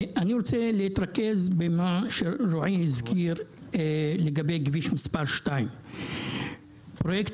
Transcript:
אני רוצה להתרכז במה שרועי הזכיר לגבי כביש מספר 2. פרויקט